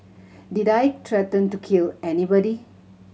did I threaten to kill anybody